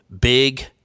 big